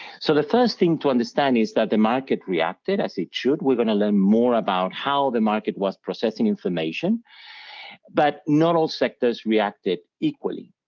so the first thing to understand is that the market reacted as it should, we're gonna learn more about how the market was processing information but not all sectors reacted equally,